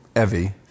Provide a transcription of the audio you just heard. Evie